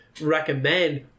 recommend